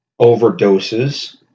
overdoses